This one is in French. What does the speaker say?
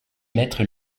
maître